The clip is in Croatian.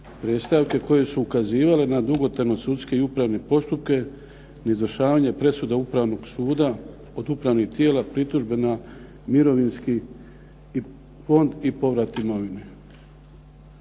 predstavke koje su ukazivale na dugotrajne sudske i upravne postupke, neizvršavanje presuda Upravnog suda od upravnih tijela, pritužbe na mirovinski fond i povrat imovine.